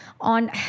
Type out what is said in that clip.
on